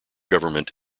government